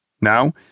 Now